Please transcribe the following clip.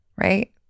right